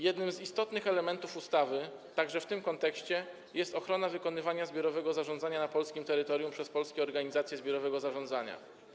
Jednym z istotnych elementów ustawy, także w tym kontekście, jest ochrona wykonywania zbiorowego zarządzania na polskim terytorium przez polskie organizacje zbiorowego zarządzania.